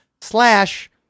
slash